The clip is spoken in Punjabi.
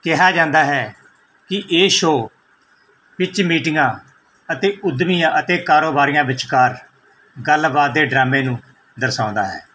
ਕਿਹਾ ਜਾਂਦਾ ਹੈ ਕਿ ਇਹ ਸ਼ੋਅ ਵਿੱਚ ਮੀਟਿੰਗਾਂ ਅਤੇ ਉਦਮੀਆਂ ਅਤੇ ਕਾਰੋਬਾਰੀਆਂ ਵਿਚਕਾਰ ਗੱਲਬਾਤ ਦੇ ਡਰਾਮੇ ਨੂੰ ਦਰਸਾਉਂਦਾ ਹੈ